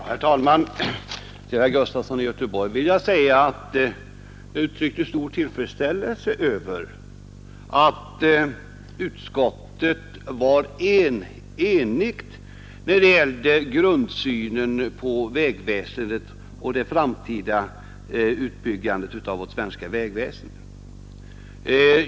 Herr talman! Till herr Gustafson i Göteborg vill jag säga att jag uttryckte stor tillfredsställelse över att utskottet var enigt när det gällde grundsynen på vägväsendet och den framtida utbyggnaden av vårt svenska vägväsende.